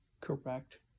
correct